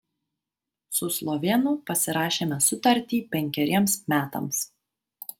su slovėnu pasirašėme sutartį penkeriems metams